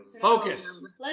Focus